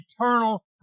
eternal